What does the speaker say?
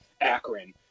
Akron